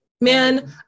man